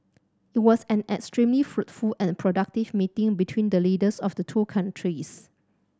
it was an extremely fruitful and productive meeting between the leaders of the two countries